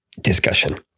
discussion